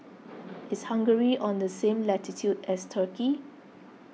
is hungary on the same latitude as Turkey